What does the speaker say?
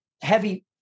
heavy